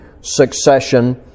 succession